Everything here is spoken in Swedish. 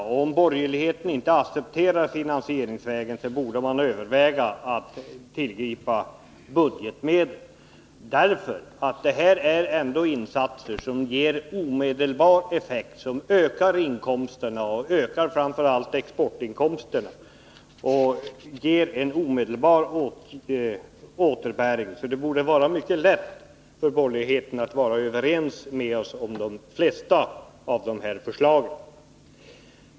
Om man inom borgerligheten inte accepterar finansieringsvägen borde man överväga att tillgripa budgetmedel, för det gäller här insatser som ger direkt effekt, som ökar framför allt exportinkomsterna och ger en omedelbar återbäring. Borgerligheten borde alltså ha mycket lätt att vara överens med oss om de flesta av förslagen.